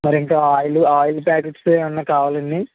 మరి ఇంకా oil oil packets ఏవన్నా కావాలండి